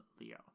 Leo